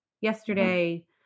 yesterday